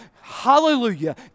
hallelujah